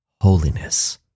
holiness